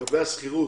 לגבי השכירות,